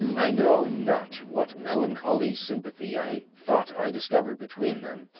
i know not what melancholy sympathy i thought i discovered between them,